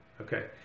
Okay